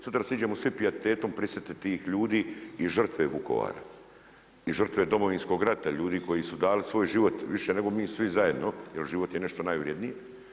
Sutra se idemo svi pijetetom prisjetiti tih ljudi i žrtve Vukovara i žrtve Domovinskog rata, ljudi koji su dali svoj život više nego mi svi zajedno jer život je nešto najvrednije.